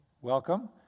Welcome